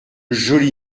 joli